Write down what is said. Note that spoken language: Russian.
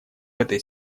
этой